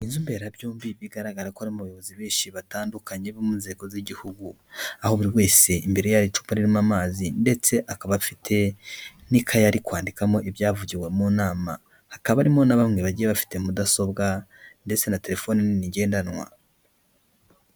Inzu mberabyombi bigaragara ko harimo abayobozi benshi batandukanye bo mu nzego z'igihugu, aho buri wese imbere ye hari icupa ririmo amazi ndetse akaba afite n'ikayi, ari kwandikamo ibyavugiwe mu nama, hakaba harimo na bamwe bagiye bafite mudasobwa ndetse na telefoni nini ngendanwa.